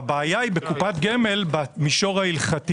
אבל קופת גמל במישור ההלכתי